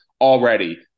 already